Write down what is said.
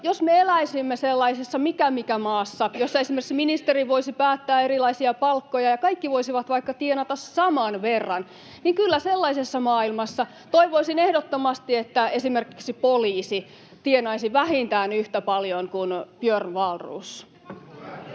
jos me eläisimme sellaisessa mikä-mikä-maassa, jossa esimerkiksi ministeri voisi päättää erilaisista palkoista ja kaikki voisivat vaikka tienata saman verran, niin kyllä sellaisessa maailmassa [Juho Eerola: Sosialistisissa maissa!] toivoisin ehdottomasti, että esimerkiksi poliisi tienaisi vähintään yhtä paljon kuin Björn Wahlroos.